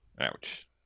Ouch